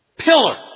Pillar